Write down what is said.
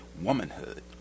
womanhood